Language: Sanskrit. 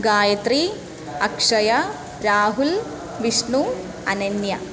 गायत्री अक्षया राहुलः विष्णुः अनन्या